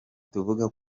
tuvuga